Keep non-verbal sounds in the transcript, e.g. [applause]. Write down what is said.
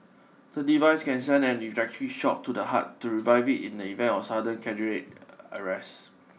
the device can send an electric shock to the heart to revive it in the event of sudden cadre [noise] arrest